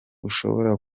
ushobora